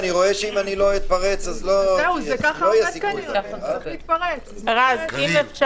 יש פה בעיה.